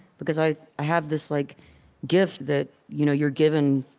because i have this like gift that you know you're given,